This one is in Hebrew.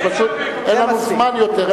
אז פשוט אין לנו זמן יותר,